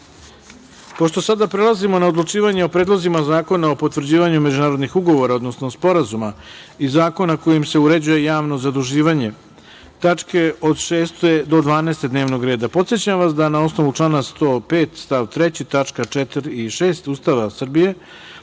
sada prelazimo na odlučivanje o predlozima zakona o potvrđivanju međunarodnih ugovora, odnosno sporazuma i zakona kojim se uređuje javno zaduživanje tačke od 6. do 12. dnevnog reda. Podsećam vas da na osnovu člana 105. stav 3. tačka 4. i 6. Ustava Republike